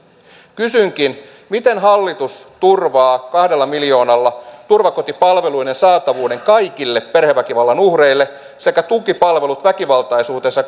kysynkin miten hallitus turvaa kahdella miljoonalla turvakotipalveluiden saatavuuden kaikille perheväkivallan uhreille sekä tukipalvelut väkivaltaisuutensa